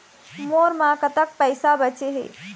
मोर म कतक पैसा बचे हे?